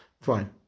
fine